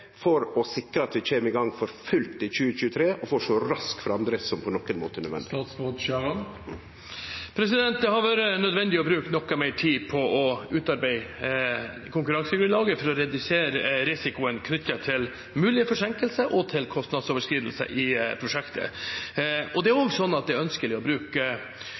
for å sikre at vi kjem i gang for fullt i 2023 og får så rask framdrift som er nødvendig? Det har vært nødvendig å bruke noe mer tid på å utarbeide konkurransegrunnlaget for å redusere risikoen knyttet til mulige forsinkelser og til kostnadsoverskridelser i prosjektet. Det er også ønskelig å bruke løsmasser fra tunnelprosjektet til etablering av næringsarealer i nærområdet. Kommunene som ønsker dette, trenger noe tid for å